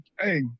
hey